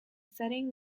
setting